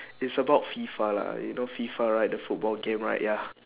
it's about fifa lah you know fifa right the football game right ya